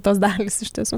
tos dalys iš tiesų